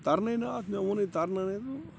تَرنٕے نہٕ اَتھ مےٚ ووٚنُے تَرنٕے نہٕ